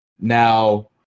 Now